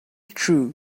true